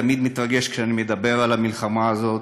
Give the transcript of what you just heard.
אני תמיד מתרגש כשאני מדבר על המלחמה הזאת,